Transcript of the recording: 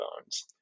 bones